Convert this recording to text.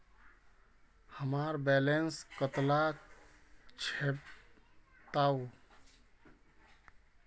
हमार बैलेंस कतला छेबताउ?